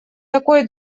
такой